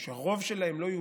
או שהרוב לא יהודים,